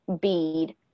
bead